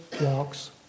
walks